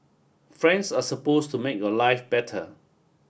friends are supposed to make your life better